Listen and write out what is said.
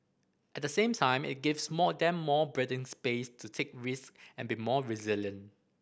at the same time it gives more than more breathing space to take risk and be more resilient